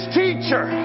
teacher